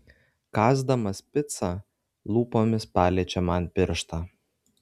kąsdamas picą lūpomis paliečia man pirštą